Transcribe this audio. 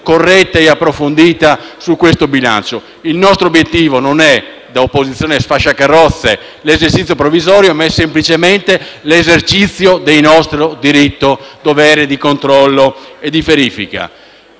corretta e approfondita sulla manovra bilancio. Il nostro obiettivo non è, da opposizione sfasciacarrozze, l'esercizio provvisorio, ma è semplicemente l'esercizio del nostro diritto-dovere di controllo e di verifica.